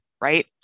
Right